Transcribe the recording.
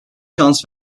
şans